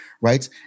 right